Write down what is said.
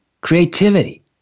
creativity